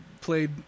played